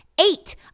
Eight